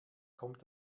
kommt